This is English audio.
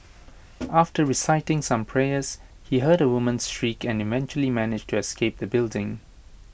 after reciting some prayers he heard A woman's shriek and eventually managed to escape the building